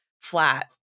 flat